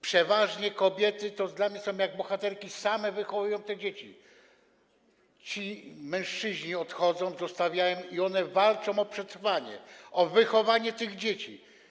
Przeważnie kobiety - dla mnie są jak bohaterki - same wychowują te dzieci, mężczyźni odchodzą, zostawiają je i one walczą o przetrwanie, o wychowanie tych dzieci.